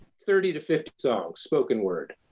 thirty to fifty songs spoken word.